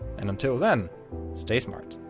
and until then stay smart.